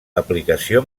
aplicació